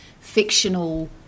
fictional